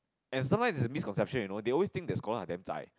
and sometimes is a misconception you know they always think that scholar are damn zai